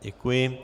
Děkuji.